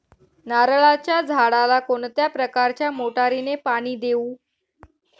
नारळाच्या झाडाला कोणत्या प्रकारच्या मोटारीने पाणी देऊ?